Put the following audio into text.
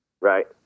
right